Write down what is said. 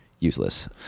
useless